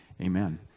amen